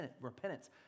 repentance